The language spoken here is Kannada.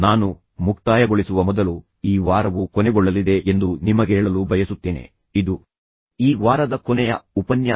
ನಾನು ಮುಕ್ತಾಯಗೊಳಿಸುವ ಮೊದಲು ಈ ವಾರವು ಕೊನೆಗೊಳ್ಳಲಿದೆ ಎಂದು ನಿಮಗೆ ಹೇಳಲು ಬಯಸುತ್ತೇನೆ ಇದು ಈ ವಾರದ ಕೊನೆಯ ಉಪನ್ಯಾಸ